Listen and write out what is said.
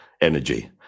energy